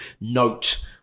note